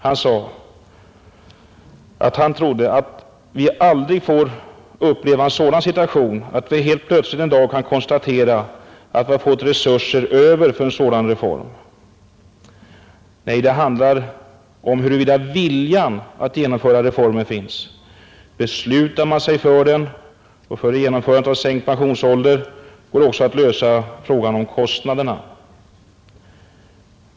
Han sade sig tro, att vi aldrig får uppleva en sådan situation, att vi helt plötsligt en dag kan konstatera att vi har fått resurser över för en sådan reform. Nej, det hela handlar om huruvida viljan att genomföra reformen finns. Beslutar man sig för den, för genomförandet av sänkt pensionsålder, går det också att lösa frågan om kostnaderna.